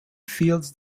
fields